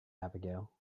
abigail